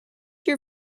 your